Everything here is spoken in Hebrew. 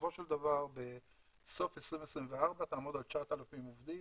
בסופו של דבר בסוף 2024 תעמוד על 9,000 עובדים,